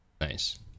Nice